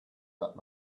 that